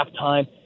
halftime